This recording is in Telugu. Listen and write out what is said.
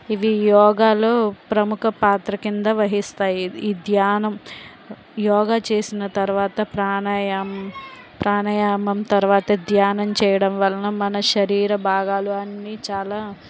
ఇవి యోగాలో ప్రముఖ పాత్ర కింద వహిస్తాయి ఈ ధ్యానం యోగా చేసిన తర్వాత ప్రాణాయామం ప్రాణాయామం తర్వాత ధ్యానం చేయడం వలన మన శరీర భాగాలు అన్ని చాలా